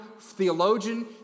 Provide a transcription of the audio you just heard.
theologian